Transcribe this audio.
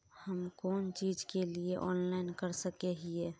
हम कोन चीज के लिए ऑनलाइन कर सके हिये?